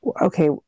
okay